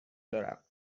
دارم